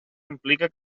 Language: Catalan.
implica